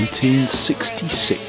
1966